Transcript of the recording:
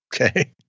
Okay